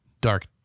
dark